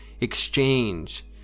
exchange